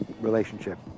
relationship